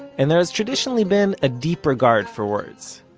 and there has traditionally been a deep regard for words.